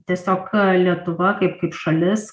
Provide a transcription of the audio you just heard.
tiesiog lietuva kaip kaip šalis